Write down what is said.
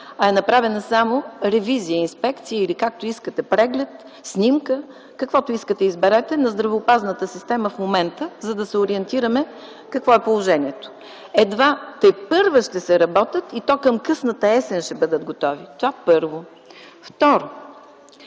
а е направена само ревизия, инспекция, или както искате изберете – преглед, снимка, на здравеопазната система в момента, за да се ориентираме какво е положението. Едва тепърва ще се работят, и към късната есен ще бъдат готови. Това – първо. Второ,